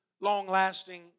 long-lasting